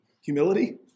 humility